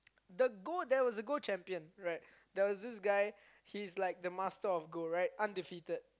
the goal there was a goal champion right there was this guy he's like the master of goal right undefeated